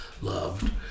loved